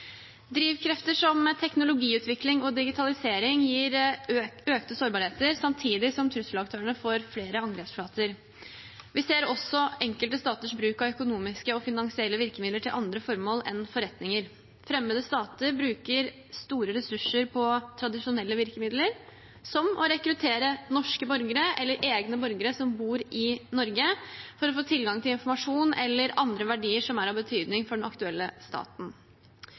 Drivkrefter som teknologiutvikling og digitalisering gir økt sårbarhet, samtidig som trusselaktørene får flere angrepsflater. Vi ser også enkelte staters bruk av økonomiske og finansielle virkemidler til andre formål enn forretninger. Fremmede stater bruker store ressurser på tradisjonelle virkemidler, som å rekruttere norske borgere eller egne borgere som bor i Norge, for å få tilgang til informasjon eller andre verdier som er av betydning for den aktuelle staten.